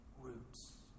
roots